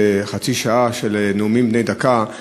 בחצי שעה של נאומים בני דקה,